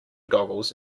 goggles